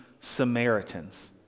Samaritans